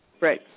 Right